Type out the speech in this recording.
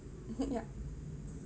yeah